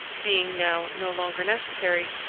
being now no longer necessary,